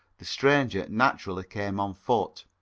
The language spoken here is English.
the stranger naturally came on foot.